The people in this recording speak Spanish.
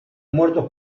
muertos